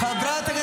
מי